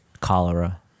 Cholera